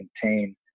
contain